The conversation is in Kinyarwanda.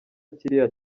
kiriya